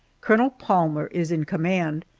colonel palmer is in command,